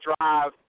drive